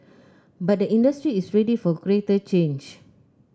but the industry is ready for greater change